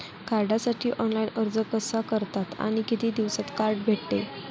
कार्डसाठी ऑनलाइन अर्ज कसा करतात आणि किती दिवसांत कार्ड भेटते?